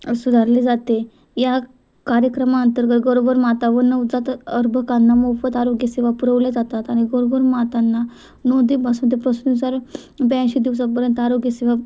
सुधारले जाते या कार्यक्रमाअंतर्गत घरोघर माता व नवजात अर्भकांना मोफत आरोग्यसेवा पुरवल्या जातात आणि घरोघर मातांना नोंदीपासून ते ब्याऐंशी दिवसापर्यंत आरोग्यसेवा